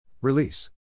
Release